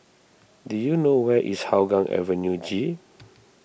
do you know where is Hougang Avenue G